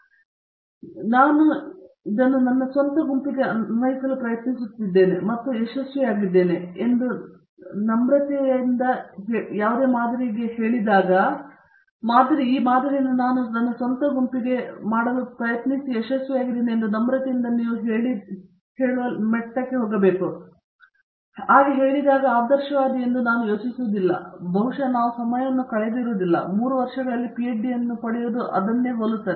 ಈ ಮಾದರಿಯನ್ನು ಸೇರಿಸಲಾಗಿದ್ದರೆ ನಾನು ಇದನ್ನು ನನ್ನ ಸ್ವಂತ ಗುಂಪಿಗೆ ಅನ್ವಯಿಸಲು ಪ್ರಯತ್ನಿಸುತ್ತಿದ್ದೇನೆ ಮತ್ತು ನಾವು ಯಶಸ್ವಿಯಾಗಿದ್ದೇವೆ ಎಂದು ನಮ್ರತೆಗೆ ನಾನು ಹೇಳಿದ್ದೇನೆಂದರೆ ಆದರ್ಶವಾದಿ ಎಂದು ನಾನು ಯೋಚಿಸುವುದಿಲ್ಲ ಬಹುಶಃ ನಾವು ಸಮಯವನ್ನು ಕಳೆಯುವುದಿಲ್ಲ 3 ವರ್ಷಗಳಲ್ಲಿ ಪಿಹೆಚ್ಡಿಯನ್ನು ಪಡೆಯುವುದು ಅದನ್ನೇ ಹೋಲುತ್ತದೆ